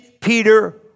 Peter